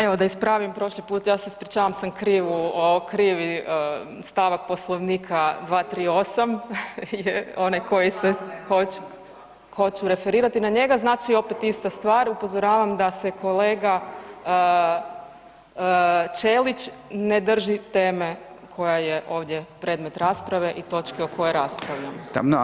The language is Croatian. Evo da ispravim prošli put, ja sam se ispričavam sam krivi stavak Poslovnika, 238. je onaj koji se …… [[Upadica sa strane, ne razumije se.]] Hoću, referirati na njega, znači opet ista stvar, upozoravam da se kolega Čelić ne drži teme koja je ovdje predmet rasprave i točke o kojoj raspravljamo.